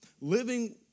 Living